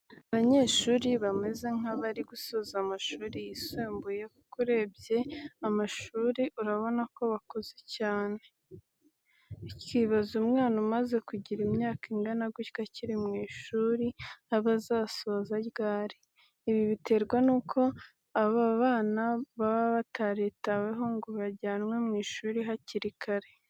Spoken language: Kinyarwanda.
Abanyeshuri bameze nkabari gusoza amashuri yisumbuye kuko urebye amashuri urabona ko bakuze cyane, ukibaza umwana umaze kugira imyaka ingana gutya akiri mu ishuri aba azasoza ryari? Ibi biterwa n'uko abana baba bataritaweho ngo bajyanwe mu ishuri hakiri kare.